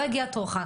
לא הגיע תורך,